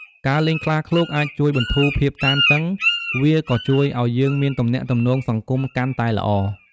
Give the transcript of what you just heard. ការលេងខ្លាឃ្លោកអាចជួយបន្ធូរភាពតានតឹងវាក៏ជួយឱ្យយើងមានទំនាក់ទំនងសង្គមកាន់តែល្អ។